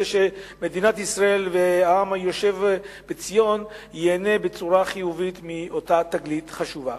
שמדינת ישראל והעם היושב בציון ייהנו בצורה חיובית מאותה תגלית חשובה.